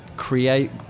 create